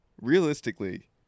Realistically